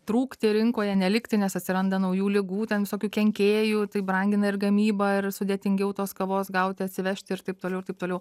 trūkti rinkoje nelikti nes atsiranda naujų ligų ten visokių kenkėjų tai brangina ir gamybą ir sudėtingiau tos kavos gauti atsivežti ir taip toliau ir taip toliau